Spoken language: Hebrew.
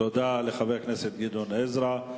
תודה לחבר הכנסת גדעון עזרא.